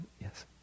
Yes